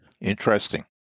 Interesting